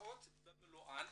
מבוצעות במלואן,